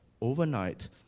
overnight